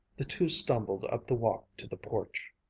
the two stumbled up the walk to the porch.